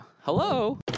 Hello